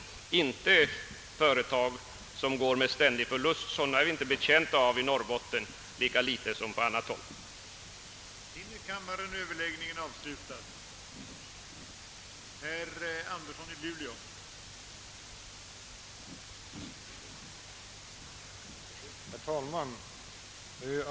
Vi är lika litet betjänta av företag som går med ständig förlust i Norrbotten som på andra håll i landet.